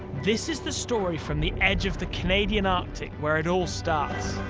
this is the story from the edge of the canadian arctic where it all starts.